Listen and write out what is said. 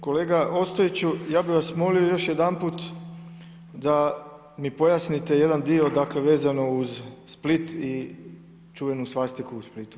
Kolega Ostojiću, ja bih vas molio još jedanput da mi pojasnite jedan dio, dakle vezano uz Split i čuvenu svastiku u Splitu.